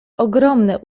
ogromne